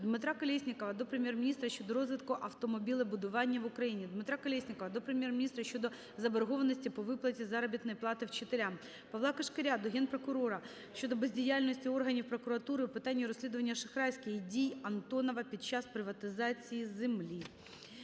Дмитра Колєснікова до Прем'єр-міністра щодо розвитку автомобілебудування в Україні. Дмитра Колєснікова до Прем'єр-міністра щодо заборгованості по виплаті заробітної плати вчителям. Павла Кишкаря до Генпрокурора щодо бездіяльності органів прокуратури у питанні розслідування шахрайських дій Антонова під час приватизації землі.